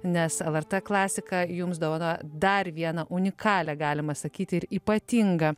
nes lrt klasika jums dovanoja dar vieną unikalią galima sakyti ir ypatingą